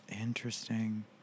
Interesting